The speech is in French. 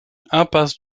impasse